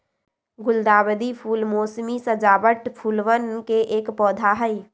गुलदावरी फूल मोसमी सजावट फूलवन के एक पौधा हई